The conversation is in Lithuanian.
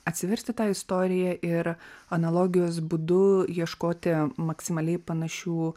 atsiversti tą istoriją ir analogijos būdu ieškoti maksimaliai panašių